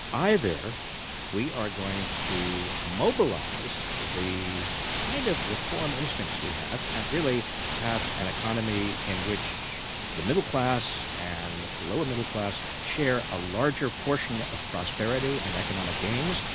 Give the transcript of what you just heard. either we are going to mobilize the kind of reform instincts that we have, and and really have an economy in which the middle-class and lower middle-class share a larger portion of prosperity and economic gains.